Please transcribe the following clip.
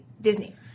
Disney